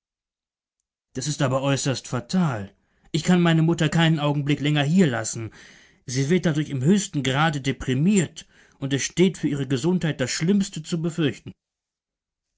das ist aber äußerst fatal ich kann meine mutter keinen augenblick länger hier lassen sie wird dadurch im höchsten grade deprimiert und es steht für ihre gesundheit das schlimmste zu befürchten